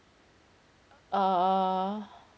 err